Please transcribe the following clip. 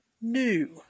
new